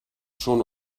schon